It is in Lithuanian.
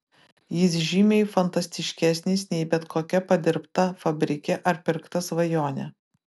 jis žymiai fantastiškesnis nei bet kokia padirbta fabrike ar pirkta svajonė